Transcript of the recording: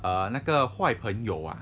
哦那个坏朋友啊